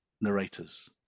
narrators